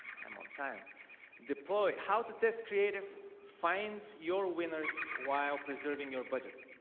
i'm on time deploy how to test creative find your winners while preserving your budget